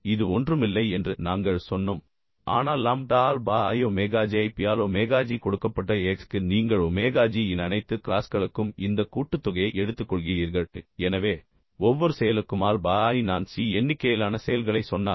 இது ஒன்றும் இல்லை என்று நாங்கள் சொன்னோம் ஆனால் lambda alpha i omega j ஐ P ஆல் ஒமேகா g கொடுக்கப்பட்ட x க்கு நீங்கள் ஒமேகா g இன் அனைத்து க்ளாஸ்களுக்கும் இந்த கூட்டுத்தொகையை எடுத்துக்கொள்கிறீர்கள் எனவே ஒவ்வொரு செயலுக்கும் ஆல்பா i நான் c எண்ணிக்கையிலான செயல்களைச் சொன்னால்